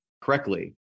correctly